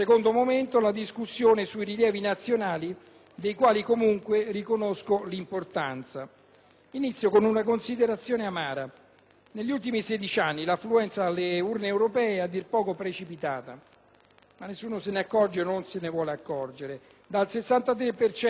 Inizio con una considerazione amara: negli ultimi sedici anni l'affluenza alle urne europee è a dir poco precipitata, ma nessuno se ne accorge o se ne vuole accorgere: dal 63 per cento del 1979 arriviamo fino al 45, 6 per cento